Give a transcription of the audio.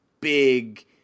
big